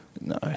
no